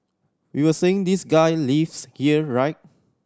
we were saying this guy lives here right